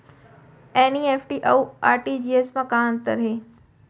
NEFT अऊ RTGS मा का अंतर हे?